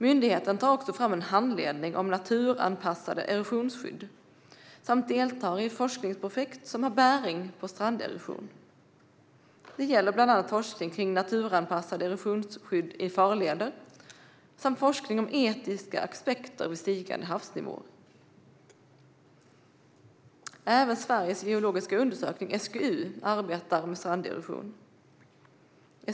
Myndigheten tar också fram en handledning om naturanpassade erosionsskydd och deltar i forskningsprojekt som har bäring på stranderosion. Det gäller bland annat forskning om naturanpassade erosionsskydd i farleder samt forskning om etiska aspekter vid stigande havsnivåer. Även Sveriges geologiska undersökning, SGU, arbetar med stranderosion.